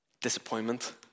disappointment